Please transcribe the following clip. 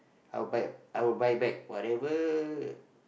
I'll buy I'll buy back whatever